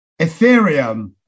Ethereum